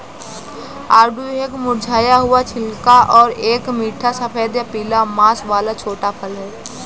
आड़ू एक मुरझाया हुआ छिलका और एक मीठा सफेद या पीला मांस वाला छोटा फल है